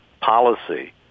policy